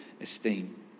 esteem